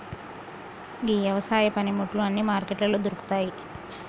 గీ యవసాయ పనిముట్లు అన్నీ మార్కెట్లలో దొరుకుతాయి